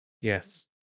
Yes